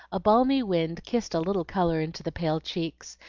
a balmy wind kissed a little color into the pale cheeks,